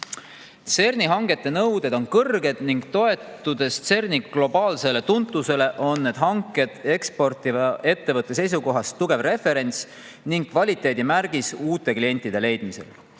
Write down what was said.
CERN‑i hangete nõuded on kõrged ning toetudes CERN‑i globaalsele tuntusele, on need hanked eksportiva ettevõtte seisukohast tugev referents ning kvaliteedimärgis uute klientide leidmisel.